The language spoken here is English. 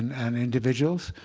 and individuals.